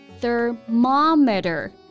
Thermometer